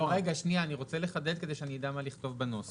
אני רוצה לחדד כדי שאני אדע מה לכתוב בנוסח.